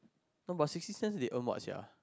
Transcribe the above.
no but sixty cents they earn what sia